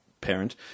parent